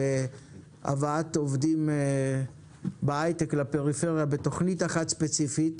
בהבאת עובדים בהייטק לפריפריה בתוכנית אחת ספציפית,